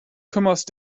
kümmerst